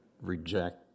reject